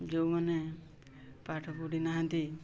ଯେଉଁମାନେ ପାଠ ପଢ଼ିନାହାନ୍ତି